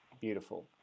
beautiful